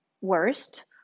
worst